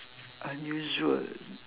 unusual